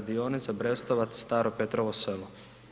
km dionice Brestovac-Staro Petrovo Selo.